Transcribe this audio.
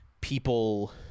people